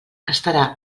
estarà